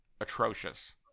atrocious